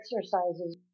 exercises